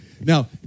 Now